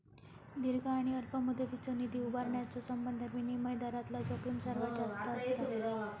दीर्घ आणि अल्प मुदतीचो निधी उभारण्याच्यो संबंधात विनिमय दरातला जोखीम सर्वात जास्त असता